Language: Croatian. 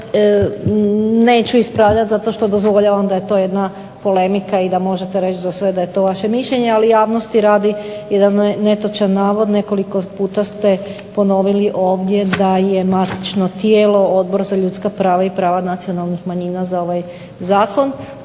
neću ispravljati zato što dozvoljavam da je to jedna polemika i da možete reći za sve da je to vaše mišljenje, ali javnosti radi jedan netočan navod, nekoliko puta ste ponovili ovdje da je matično tijelo Odbor za ljudska prava i prava nacionalnih manjina za ovaj zakon.